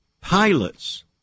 pilots